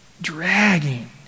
dragging